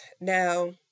Now